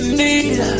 need